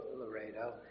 Laredo